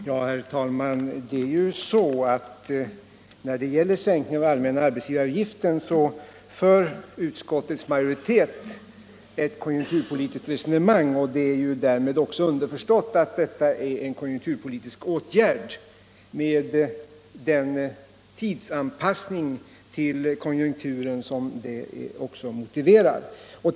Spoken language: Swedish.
Herr talman! När det gäller sänkning av den allmänna arbetsgivaravgiften för utskottets majoritet ett konjunkturpolitiskt resonemang. Det är därmed också underförstått att detta är en konjunkturpolitisk åtgärd, med den tidsanpassning till konjunkturen som är motiverad av utvecklingen.